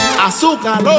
azúcar